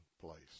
place